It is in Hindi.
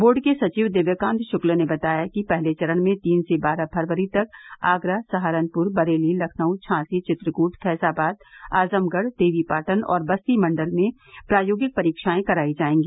बोर्ड के सचिव दिव्यकान्त शुक्ल ने बताया कि पहले चरण में तीन से बारह फरवरी तक आगरा सहारनपुर बरेली लखनऊ झांसी चित्रकूट फैजाबाद आजमगढ़ देवीपाटन और बस्ती मण्डल में प्रायोगिक परीक्षायें करायी जायेगी